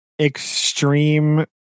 extreme